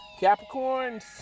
Capricorns